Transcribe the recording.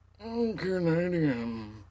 Canadian